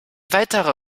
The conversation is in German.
weiterer